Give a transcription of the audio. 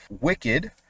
Wicked